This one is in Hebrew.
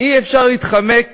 אי-אפשר להתחמק